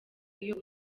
iyo